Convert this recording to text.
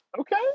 Okay